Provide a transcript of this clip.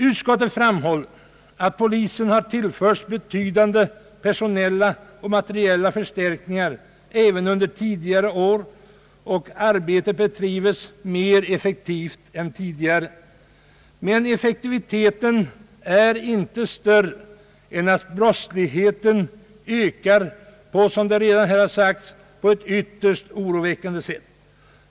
Utskottet framhåller att polisen har tillförts betydande personella och materiella förstärkningar även under tidigare år och att arbetet bedrivs effektivare än förut. Men effektiviteten är inte större än att brottsligheten ökar på, som redan har framhållits, ett ytterst oroväckande sätt.